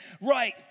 right